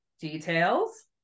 details